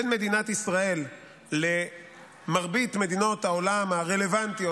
בין מדינת ישראל למרבית מדינות העולם הרלוונטיות,